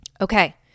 Okay